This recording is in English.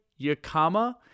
Yakama